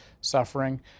suffering